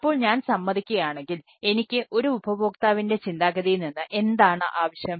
അപ്പോൾ ഞാൻ സമ്മതിക്കുകയാണെങ്കിൽ എനിക്ക് ഒരു ഉപഭോക്താവിൻറെ ചിന്താഗതിയിൽ നിന്ന് എന്താണ് ആവശ്യം